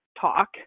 talk